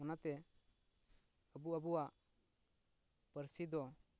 ᱚᱱᱟ ᱛᱮ ᱟᱵᱚ ᱟᱵᱚᱣᱟᱜ ᱯᱟᱹᱨᱥᱤ ᱫᱚ